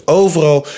overal